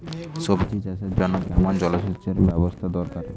সবজি চাষের জন্য কেমন জলসেচের ব্যাবস্থা দরকার?